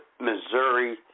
Missouri